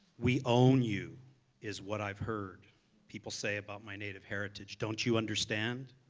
we own you is what i've heard people say about my native heritage. don't you understand?